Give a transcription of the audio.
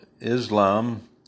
Islam